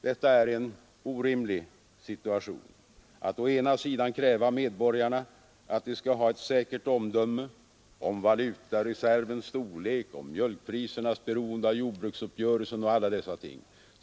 Detta är en orimlig situation: att å ena sidan kräva av medborgarna att de skall ha ett säkert omdöme om valutareservens storlek och mjölkprisernas beroende av jordbruksuppgörelsen och alla dessa ting.